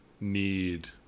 need